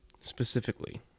specifically